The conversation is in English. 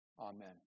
amen